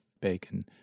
Bacon